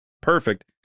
perfect